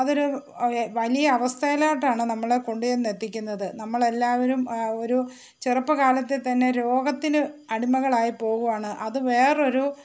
അതൊരു വലിയ അവസ്ഥേയിലോട്ടാണ് നമ്മളെ കൊണ്ട് ചെന്നെത്തിക്കുന്നത് നമ്മൾ എല്ലാവരും ഒരു ചെറുപ്പ കാലത്തിൽ തന്നെ രോഗത്തിന് അടിമകളായി പോകുകയാണ് അത് വേറെ ഒരു